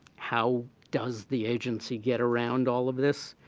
how does the agency get around all of this?